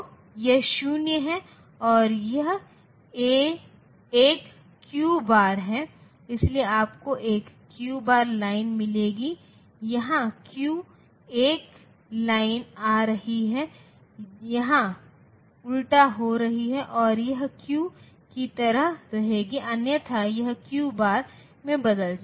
तो यह 0 है और यह एक क्यू बार है इसलिए आपको एक क्यू बार लाइन मिलेगी यहाँ क्यू 1 लाइन आ रही है यहाँ उल्टा हो रही है और यह क्यू की तरह रहेगी और अन्यथा यह क्यू बार में बदल जाएगी